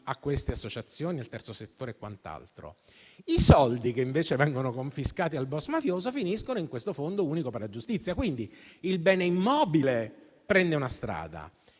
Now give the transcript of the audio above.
alle associazioni del terzo settore; i soldi che invece vengono confiscati al *boss* mafioso finiscono in questo Fondo unico per la giustizia. Quindi, il bene immobile prende una strada,